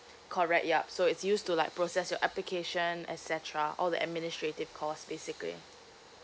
correct yup so is used to like process your application et cetera all the administrative cause basically